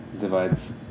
Divides